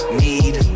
need